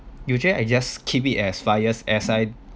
usually I just keep it as five years as I